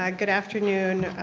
um good afternoon,